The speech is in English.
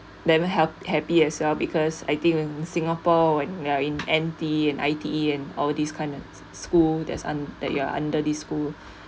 never help happy as well because I think in singapore when they're in N_T and I_T_E and all these kind of school that's un~ that you are under the school